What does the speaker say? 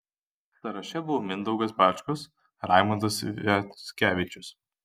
sąraše buvo mindaugas bačkus raimondas sviackevičius